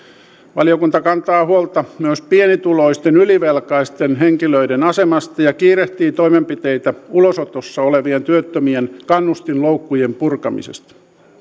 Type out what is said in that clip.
valiokunta kantaa huolta myös pienituloisten ylivelkaisten henkilöiden asemasta ja kiirehtii toimenpiteitä ulosotossa olevien työttömien kannustinloukkujen purkamisesta